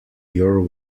your